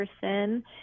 person